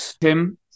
Tim